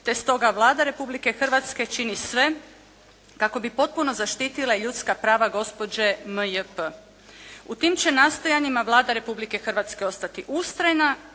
te stoga Vlada Republike Hrvatske čini sve kako bi potpuno zaštitila ljudska prava gospođe MJP. U tim će nastojanjima Vlada Republike Hrvatske ostati ustrajna